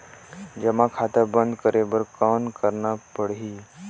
जमा खाता बंद करे बर कौन करना पड़ही?